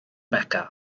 beca